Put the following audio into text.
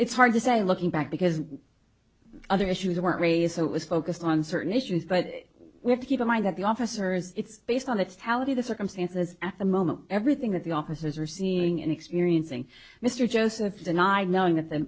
it's hard to say looking back because other issues weren't raised so it was focused on certain issues but we have to keep in mind that the officers it's based on the tally the circumstances at the moment everything that the officers are seeing and experiencing mr joseph deny knowing that the